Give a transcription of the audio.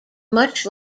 much